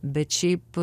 bet šiaip